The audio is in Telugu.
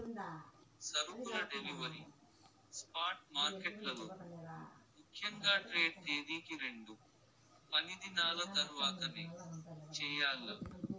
సరుకుల డెలివరీ స్పాట్ మార్కెట్లలో ముఖ్యంగా ట్రేడ్ తేదీకి రెండు పనిదినాల తర్వాతనే చెయ్యాల్ల